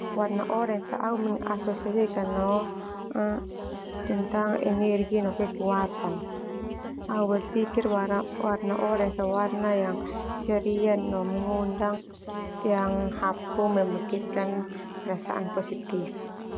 Warna orens au mengasosiasikan no tentang energi no kekuatan. Au berpikir warna orens warna yang ceria no mengundang yang hapu membangkitkan perasaan positif.